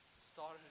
started